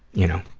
you know,